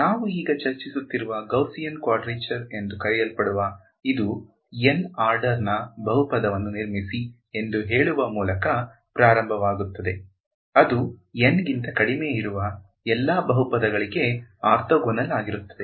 ನಾವು ಈಗ ಚರ್ಚಿಸುತ್ತಿರುವ ಗೌಸಿಯನ್ ಕ್ವಾಡ್ರೇಚರ್ ಎಂದು ಕರೆಯಲ್ಪಡುವ ಇದು N ಆರ್ಡರ್ ನ ಬಹುಪದವನ್ನು ನಿರ್ಮಿಸಿ ಎಂದು ಹೇಳುವ ಮೂಲಕ ಪ್ರಾರಂಭವಾಗುತ್ತದೆ ಅದು N ಗಿಂತ ಕಡಿಮೆ ಇರುವ ಎಲ್ಲಾ ಬಹುಪದಗಳಿಗೆ ಆರ್ಥೋಗೋನಲ್ ಆಗಿರುತ್ತದೆ